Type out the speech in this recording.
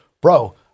bro